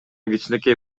кичинекей